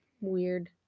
weird